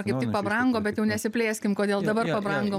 kaip tik pabrango bet jau nesiplėskim kodėl dabar pabrango